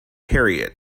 harriet